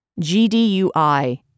GDUI